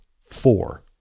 four